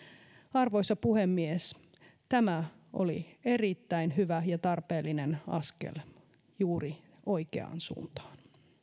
arvoisa puhemies tämä oli erittäin hyvä ja tarpeellinen askel juuri oikeaan suuntaan